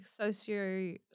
socio